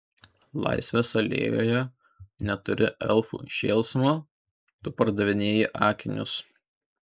laisvės alėjoje netoli elfų šėlsmo tu pardavinėji akinius